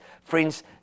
Friends